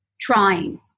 trying